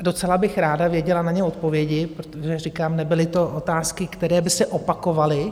A docela bych ráda věděla na ně odpovědi, protože říkám, nebyly to otázky, které by se opakovaly.